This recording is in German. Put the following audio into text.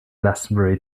glastonbury